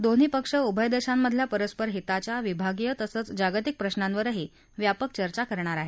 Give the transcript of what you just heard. दोन्ही पक्ष उभय देशांमधल्या परस्पर हिताच्या विभागीय तसंच जागतिक प्रश्रांवर व्यापक चर्चा करतील